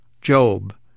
Job